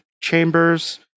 chambers